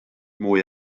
mwy